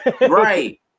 right